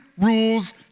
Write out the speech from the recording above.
rules